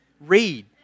read